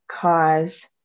cause